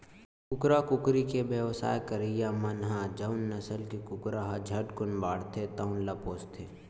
कुकरा, कुकरी के बेवसाय करइया मन ह जउन नसल के कुकरा ह झटकुन बाड़थे तउन ल पोसथे